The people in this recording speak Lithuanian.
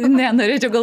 ne norėčiau gal